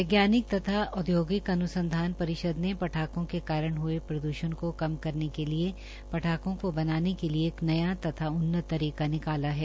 वैज्ञानिक तथा औद्योगिक अनुसंधान परिषद ने पटाखों के कारण हए प्रदूषण को कम करने के लिए पटाखों को बनाने के लिए एक नया तथा उन्नत तरीका निकाला है